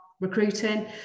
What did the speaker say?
recruiting